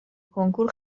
کنکور